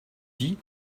dit